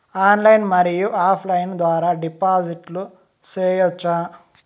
Online మరియు offline ద్వారా డిపాజిట్లు సేయొచ్చా?